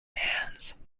hands